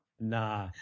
Nah